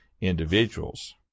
individuals